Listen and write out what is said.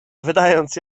wydając